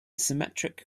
symmetric